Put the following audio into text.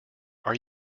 are